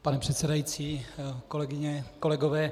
Pane předsedající, kolegyně, kolegové.